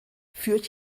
führt